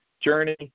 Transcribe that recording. journey